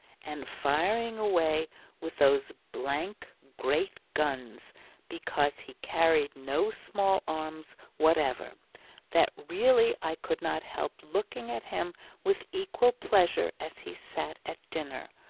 and firing away with those blank great guns because he carried no small arms whatever that really i could not help looking at him with equal pleasure as he sat at dinner,